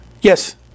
Yes